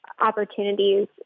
opportunities